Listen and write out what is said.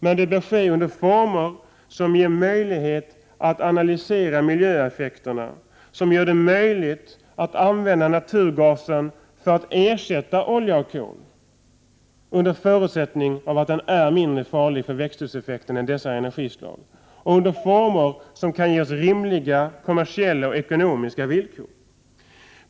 Men det bör ske under former som ger möjlighet att analysera miljöeffekterna, som gör det möjligt att använda naturgasen för att ersätta olja och kol — om naturgasen är mindre farlig för växthuseffekten än dessa energislag — och som ger oss rimliga kommersiella och ekonomiska villkor.